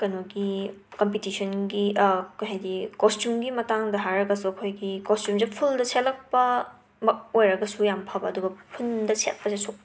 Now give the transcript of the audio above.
ꯀꯩꯅꯣꯒꯤ ꯀꯝꯄꯤꯇꯤꯁꯟꯒꯤ ꯀ ꯍꯥꯏꯒꯤ ꯀꯣꯁꯇ꯭ꯌꯨꯝꯒꯤ ꯃꯇꯥꯡꯗ ꯍꯥꯏꯔꯒꯁꯨ ꯑꯩꯈꯣꯏꯒꯤ ꯀꯣꯁꯇ꯭ꯌꯨꯝꯁꯦ ꯐꯨꯜꯗ ꯁꯦꯜꯂꯛꯄꯃꯛ ꯑꯣꯏꯔꯒꯁꯨ ꯌꯥꯝ ꯐꯕ ꯑꯗꯨꯒ ꯐꯨꯟꯗ ꯁꯦꯠꯄꯁꯦ ꯁꯨꯛ